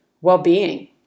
well-being